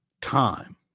time